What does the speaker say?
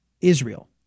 Israel